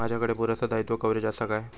माजाकडे पुरासा दाईत्वा कव्हारेज असा काय?